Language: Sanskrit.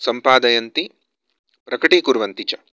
सम्पादयन्ति प्रकटीकुर्वन्ति च